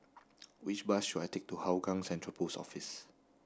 which bus should I take to Hougang Central Post Office